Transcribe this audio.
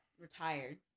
retired